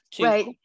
right